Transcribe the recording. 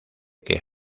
que